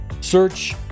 search